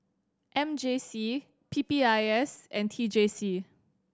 M J C P P I S and T J C